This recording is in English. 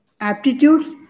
aptitudes